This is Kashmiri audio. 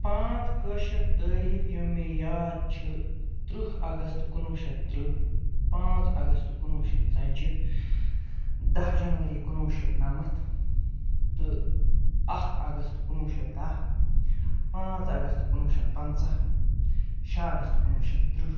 پانٛژھ کٲشِر تٲریخ یِم مےٚ یاد چھِ ترٕٛہ اَگست کُنہٕ وُہ شیٚتھ ترٕٛہ پانٛژھ اَگست کُنہٕ وُہ شیٚتھ ژَتجِی دہ جنؤری کُنہٕ وُہ شیٚتھ نَمَتھ تہٕ اکھ اَگست کُنہٕ وُہ شیٚتھ دہ پانٛژھ اَگست کُنہٕ وُہ شیٚتھ پَنٛژاہ شیٚے اَگست کُنہٕ وُہ شیٚتھ ترٕٛہ